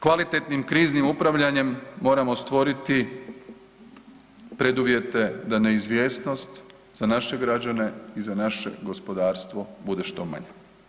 Kvalitetnim kriznim upravljanjem moramo stvoriti preduvjete da neizvjesnost za naše građane i za naše gospodarstvo bude što manje.